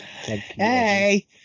Hey